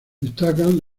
destacan